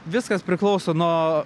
viskas priklauso nuo